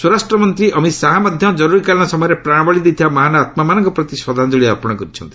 ସ୍ୱରାଷ୍ଟ୍ରମନ୍ତ୍ରୀ ଅମିତ ଶାହା ମଧ୍ୟ କରୁରୀକାଳୀନ ସମୟରେ ପ୍ରାଣବଳୀ ଦେଇଥିବା ମହାନ୍ ଆତ୍ମାମାନଙ୍କ ପ୍ରତି ଶ୍ରଦ୍ଧାଞ୍ଜଳି ଅର୍ପଣ କରିଛନ୍ତି